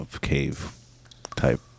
cave-type